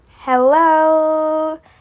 Hello